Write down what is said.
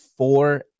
Four